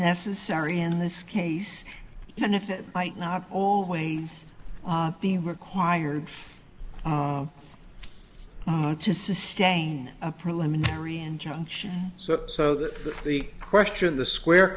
necessary in this case and if it might not always be required for to sustain a preliminary injunction so so that the question the square